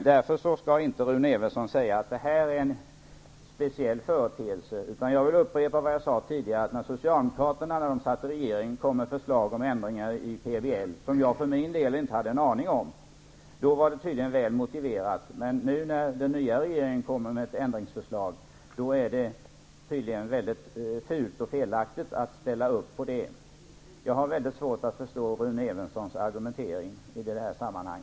Därför skall Rune Evensson inte säga att detta är en speciell företeelse. Jag vill upprepa vad jag tidigare sade, att när den socialdemokratiska regeringen kom med förslag om ändringar i PBL, förslag som jag för min del inte alls hade fått någon kännedom om, ansågs det väl motiverat, men att när den nya regeringen nu kommer med ändringsförslag, är det tydligen fult och felaktigt att ställa sig bakom dem. Jag har svårt att förstå Rune Evenssons argumentering i detta sammanhang.